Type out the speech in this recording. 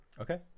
Okay